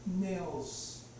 nails